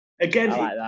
Again